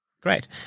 great